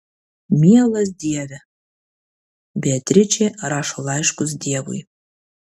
mielas dieve beatričė rašo laiškus dievui